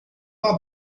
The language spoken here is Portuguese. uma